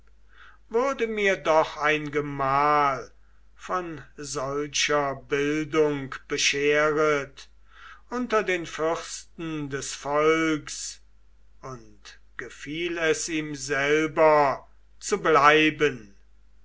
würde mir doch ein gemahl von solcher bildung bescheret unter den fürsten des volks und gefiel es ihm selber zu bleiben